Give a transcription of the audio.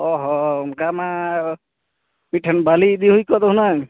ᱚᱻ ᱦᱚᱸ ᱚᱱᱠᱟᱱᱟᱜ ᱢᱤᱫᱴᱷᱮᱱ ᱵᱟᱞᱤ ᱤᱫᱤ ᱦᱩᱭᱠᱚᱜᱼᱟ ᱛᱚ ᱦᱩᱱᱟᱹᱝ